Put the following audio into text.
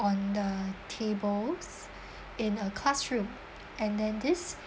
the tables in a classroom and then this